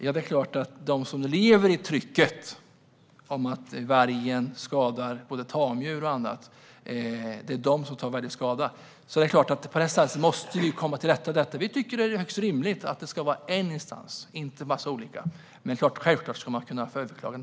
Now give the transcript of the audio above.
Jo, de som lever under trycket att vargen skadar både tamdjur och annat. Därför måste vi komma till rätta med det. Vi tycker att det är rimligt med en instans, inte en massa olika. Men självklart ska man kunna överklaga.